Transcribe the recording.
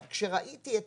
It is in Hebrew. כשראיתי את